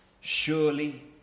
Surely